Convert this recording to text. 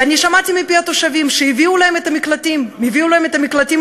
ואני שמעתי מפי התושבים שהביאו להם מקלטים ניידים.